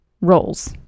roles